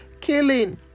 killing